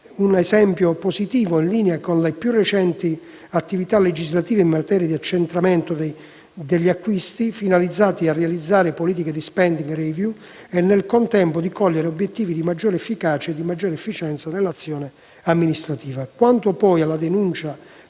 un esempio positivo, in linea con la più recente legislazione in materia di accentramento degli acquisti finalizzata a realizzare politiche di *spending review* e nel contempo, di cogliere obiettivi di maggiore efficacia ed efficienza dell'azione amministrativa. Quanto, poi, alla denuncia